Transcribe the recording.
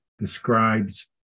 describes